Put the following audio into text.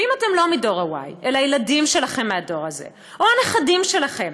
ואם אתם לא מדור ה-y אלא הילדים שלכם מהדור הזה או הנכדים שלכם,